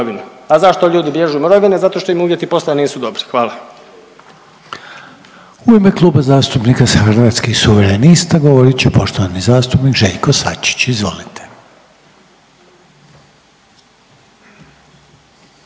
a zašto ljudi bježe u mirovine, zato što im uvjeti posla nisu dobri, hvala. **Reiner, Željko (HDZ)** U ime Kluba zastupnika Hrvatskih suverenista govorit će poštovani zastupnik Željko Sačić, izvolite.